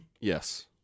Yes